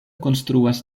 konstruas